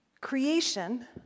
Creation